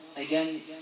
Again